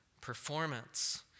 performance